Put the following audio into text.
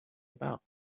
about